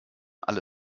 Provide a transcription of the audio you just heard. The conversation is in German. alle